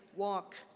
walk,